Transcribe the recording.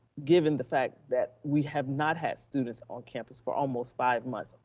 given the fact that we have not had students on campus for almost five months, ah